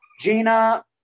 Gina